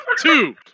two